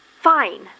fine